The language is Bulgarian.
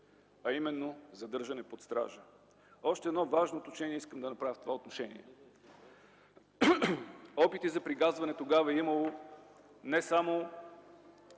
а именно задържане под стража. Още едно важно уточнение искам да направя в това отношение. Опити за прегазване тогава е имало не само